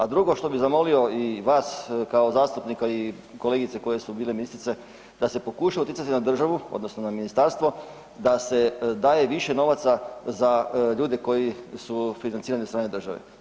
A drugo što bi zamolio i vas kao zastupnika i kolegice koje su bile ministrice da se pokuša utjecati na državu odnosno na ministarstvo da se daje više novaca za ljude koji su financirani od strane države.